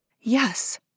Yes